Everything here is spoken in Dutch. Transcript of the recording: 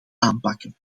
aanpakken